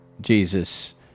Jesus